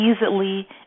easily